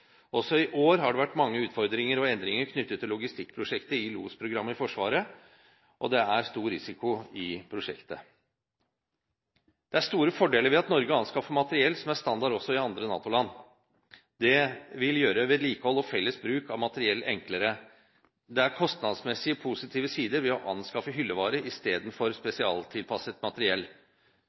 Også i år har det vært mange utfordringer og endringer knyttet til Logistikkprosjektet i LOS-programmet i Forsvaret, og det er stor risiko i prosjektet. Det er store fordeler ved at Norge anskaffer materiell som er standard også i andre NATO-land. Det vil gjøre vedlikehold og felles bruk av materiell enklere. Det er kostnadsmessig positive sider ved å anskaffe hyllevare istedenfor spesialtilpasset materiell.